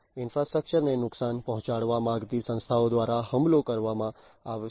infrastructure ને નુકસાન પહોંચાડવા માગતી સંસ્થાઓ દ્વારા હુમલા કરવામાં આવશે